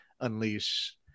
unleash